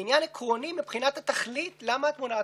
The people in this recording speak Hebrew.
יודע לתקצב מוסד,